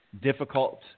difficult